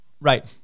Right